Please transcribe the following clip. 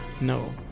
no